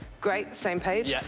great. same page. yeah.